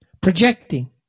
projecting